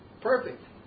Perfect